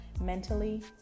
mentally